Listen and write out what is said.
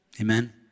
Amen